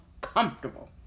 comfortable